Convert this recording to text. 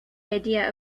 idea